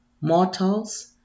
Mortals